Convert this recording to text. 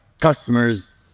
customers